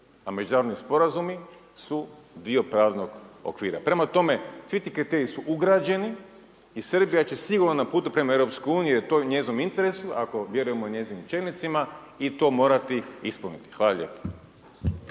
A međunarodni sporazumi su dio pravnog okvira. Prema tome, svi ti kriteriji su ugrađeni i Srbija će sigurno na putu prema EU jer to je u njezinom interesu ako vjerujemo njezinim čelnicima i to morati ispuniti. Hvala lijepa.